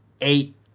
eight